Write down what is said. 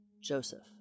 Joseph